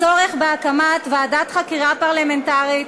הצורך בהקמת ועדת חקירה פרלמנטרית,